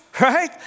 right